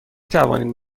توانید